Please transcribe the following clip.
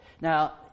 Now